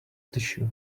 tissue